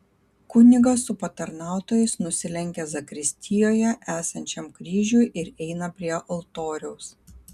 kunigas su patarnautojais nusilenkia zakristijoje esančiam kryžiui ir eina prie altoriaus